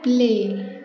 play